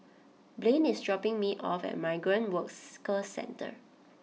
Blaine is dropping me off at Migrant Workers co Centre